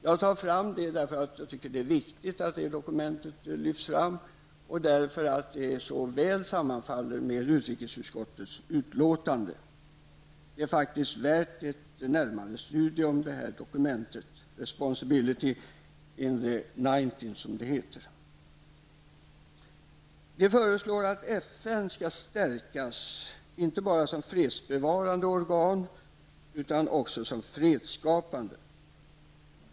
Jag tar upp detta därför att jag tycker att det är viktigt att det dokumentet lyfts fram och därför att det faller så väl samman med utrikesutskottets betänkande. 1990's -- är värt ett närmare studium. Man föreslår att FN skall stärkas inte bara som fredsbevarande organ, utan också som fredsskapande.